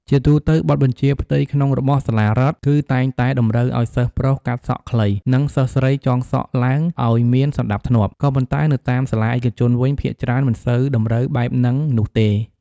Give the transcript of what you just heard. ជាទូទៅ បទបញ្ជាផ្ទៃក្នុងរបស់សាលារដ្ខ គឺតែងតែតម្រូវអោយសិស្សប្រុសកាត់សក់ខ្លី និងសិស្សស្រីចងសក់ឡើងអោយមានសណ្តាប់ធ្នាប់ ក៏ប៉ុន្តែនៅតាមសាលាឯកជនវិញភាគច្រើនមិនសូវតម្រូវបែបនិងនោះទេ។